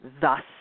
Thus